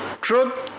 truth